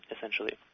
essentially